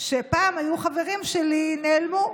שפעם היו חברים שלי נעלמו,